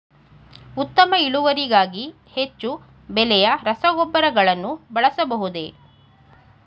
ಉತ್ತಮ ಇಳುವರಿಗಾಗಿ ಹೆಚ್ಚು ಬೆಲೆಯ ರಸಗೊಬ್ಬರಗಳನ್ನು ಬಳಸಬಹುದೇ?